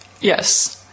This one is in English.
Yes